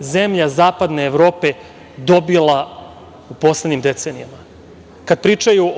zemlja Zapadne Evrope dobila u poslednjim decenijama. Kad pričaju